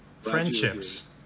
Friendships